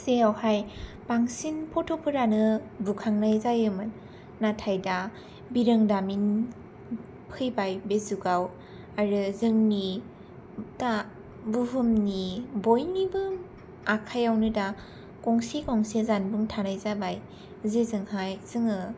जेयावहाय बांसिन फट'फोरानो बुखांनाय जायोमोन नाथाय दा बिरोंदामिन फैबाय बे जुगाव आरो जोंनि दा बुहुमनि बयनिबो आखायावनो दा गंसे गंसे जानबुं थानाय जाबाय जेजोंहाय जोङो